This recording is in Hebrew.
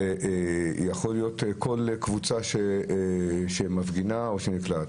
זה יכול להיות כל קבוצה שמפגינה או שנקלעת.